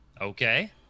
Okay